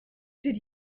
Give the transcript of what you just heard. did